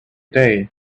day